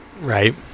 Right